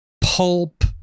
pulp